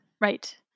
Right